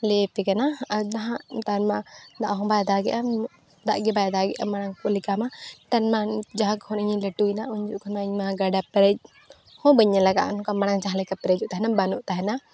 ᱞᱟᱹᱭᱟᱯᱮ ᱠᱟᱱᱟ ᱟᱨ ᱱᱟᱦᱟᱜ ᱟᱨ ᱱᱮᱛᱟᱨᱢᱟ ᱫᱟᱜ ᱦᱚᱸ ᱵᱟᱭ ᱫᱟᱜᱮᱜᱼᱟ ᱫᱟᱜ ᱜᱮ ᱵᱟᱭ ᱫᱟᱜᱮᱜᱼᱟ ᱢᱟᱲᱟᱝ ᱠᱚ ᱞᱮᱠᱟᱢᱟ ᱱᱮᱛᱟᱨᱢᱟ ᱡᱟᱦᱟᱸ ᱠᱷᱚᱱ ᱤᱧᱤᱧ ᱞᱟ ᱴᱩᱭᱱᱟ ᱩᱱ ᱡᱚᱠᱷᱚᱱᱢᱟ ᱤᱧᱢᱟ ᱜᱟᱰᱟ ᱯᱮᱮᱨᱮᱡ ᱦᱚᱸ ᱵᱟᱹᱧ ᱧᱮᱞᱟᱠᱟᱜᱼᱟ ᱚᱱᱠᱟ ᱢᱟᱲᱟᱝ ᱡᱟᱦᱟᱸ ᱞᱮᱠᱟ ᱯᱮᱨᱮᱡᱚᱜ ᱛᱟᱦᱮᱱᱟ ᱵᱟᱱᱚᱜ ᱛᱟᱦᱮᱱᱟ